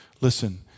Listen